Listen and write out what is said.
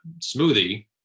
smoothie